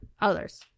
others